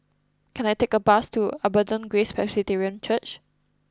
can I take a bus to Abundant Grace Presbyterian Church